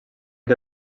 que